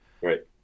Right